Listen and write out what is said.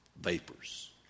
vapors